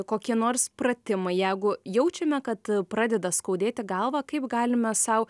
kokie nors pratimai jeigu jaučiame kad pradeda skaudėti galvą kaip galime sau